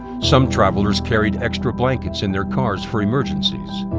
some travelers carried extra blankets in their cars for emergencies.